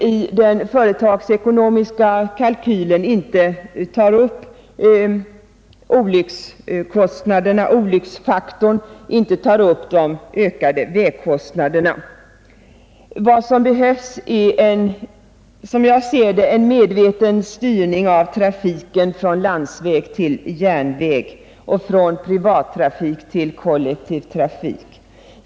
I de före tagsekonomiska kalkyler som görs tar man inte upp olycksfaktorn eller de ökade vägkostnaderna. Vad som behövs är, såsom jag ser det, en medveten styrning av trafiken från landsväg till järnväg och från privattrafik till kollektiv trafik.